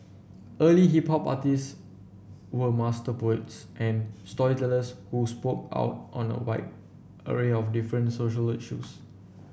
early hip hop artists were master poets and storytellers who spoke out on a wide array of different social issues